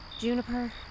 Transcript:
Juniper